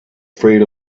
afraid